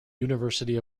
university